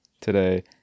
today